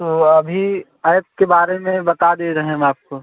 तो अभी ऐप के बारे में बता दे रहें हम आपको